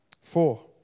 Four